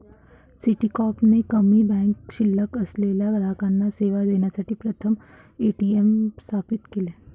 Citicorp ने कमी bank शिल्लक असलेल्या ग्राहकांना सेवा देण्यासाठी प्रथम ए.टी.एम स्थापित केले